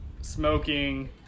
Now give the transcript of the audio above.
smoking